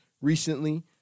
recently